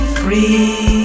free